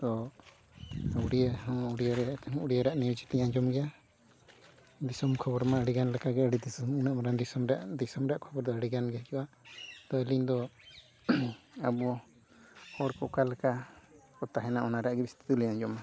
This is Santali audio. ᱛᱚ ᱩᱲᱤᱭᱟᱹ ᱦᱚᱸ ᱩᱲᱤᱭᱟᱹ ᱨᱮᱭᱟᱜ ᱛᱟᱦᱮᱱᱟ ᱩᱲᱤᱭᱟᱹ ᱨᱮᱟᱜ ᱱᱤᱭᱩᱡᱽ ᱞᱤᱧ ᱟᱸᱡᱚᱢ ᱜᱮᱭᱟ ᱫᱤᱥᱚᱢ ᱠᱷᱚᱵᱨᱢᱟ ᱟᱹᱰᱤ ᱜᱟᱱ ᱞᱮᱠᱟᱜᱮ ᱟᱹᱰᱤ ᱫᱤᱥᱚᱢ ᱩᱱᱟᱹᱜ ᱢᱟᱨᱟᱝ ᱫᱤᱥᱚᱢ ᱨᱮᱭᱟᱜ ᱫᱤᱥᱚᱢ ᱨᱮᱭᱟᱜ ᱠᱷᱚᱵᱚᱨ ᱫᱚ ᱟᱹᱰᱤ ᱜᱟᱱ ᱜᱮ ᱦᱤᱡᱩᱜᱼᱟ ᱛᱚ ᱟᱹᱞᱤᱧ ᱫᱚ ᱟᱵᱚ ᱦᱚᱲ ᱠᱚ ᱚᱠᱟ ᱞᱮᱠᱟ ᱠᱚ ᱛᱟᱦᱮᱱᱟ ᱚᱱᱟ ᱨᱮᱭᱟᱜ ᱜᱮ ᱡᱟᱹᱥᱛᱤ ᱫᱚᱞᱤᱧ ᱟᱸᱡᱚᱢᱟ